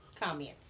comments